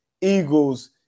Eagles